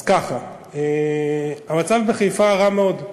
אז ככה, המצב בחיפה רע מאוד,